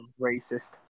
racist